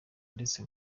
ndetse